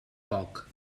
poc